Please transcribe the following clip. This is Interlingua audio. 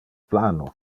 plano